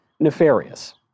nefarious